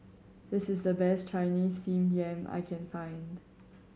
this is the best Chinese Steamed Yam I can find